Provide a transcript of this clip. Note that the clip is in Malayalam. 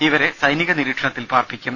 ഇവരെ സൈനിക നിരീക്ഷണത്തിൽ പാർപ്പിക്കും